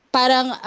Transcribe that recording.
parang